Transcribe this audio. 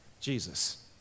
Jesus